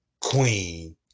queen